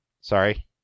Sorry